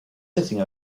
sitting